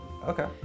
Okay